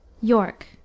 York